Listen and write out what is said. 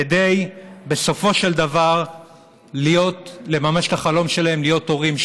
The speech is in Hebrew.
כדי לממש בסופו של דבר את החלום שלהם להיות הורים,